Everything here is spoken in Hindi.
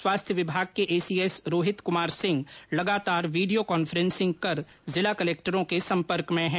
स्वास्थ्य विभाग के एसीएस रोहित कुमार सिंह लगातार वीडियो कांफ्रेंसिंग कर जिला कलक्टरों के सम्पर्क में है